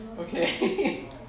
Okay